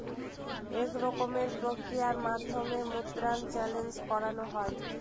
এক রকমের প্রক্রিয়ার মাধ্যমে মুদ্রা চেন্জ করানো হয়